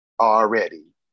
already